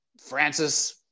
Francis